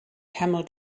camel